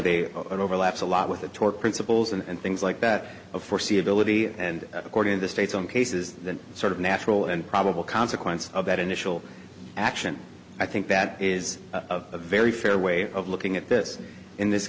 they overlaps a lot with a tort principles and things like that of foreseeability and according to the state's own cases the sort of natural and probable consequence of that initial action i think that is a very fair way of looking at this in this